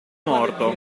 morto